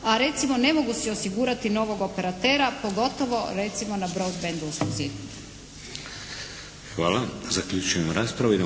a recimo ne mogu si osigurati novog operatera pogotovo recimo na … /Govornica se